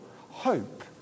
hope